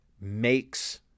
makes